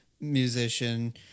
musician